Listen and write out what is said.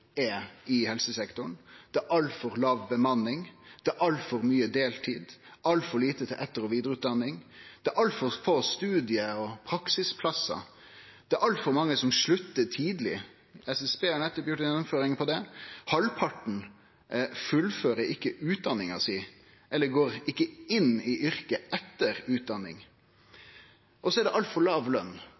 er i helsesektoren. Det er altfor låg bemanning, det er altfor mykje deltid, det er altfor lite til etter- og vidareutdanning, det er altfor få studie- og praksisplassar, og det er altfor mange som sluttar tidleg. SSB har nettopp gjort ei undersøking av det: Halvparten fullfører ikkje utdanninga si eller går ikkje inn i yrket etter utdanning. Det er òg altfor låg lønn,